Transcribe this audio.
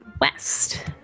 West